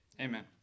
Amen